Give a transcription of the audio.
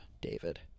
David